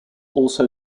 also